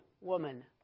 woman